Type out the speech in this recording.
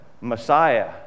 Messiah